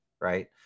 right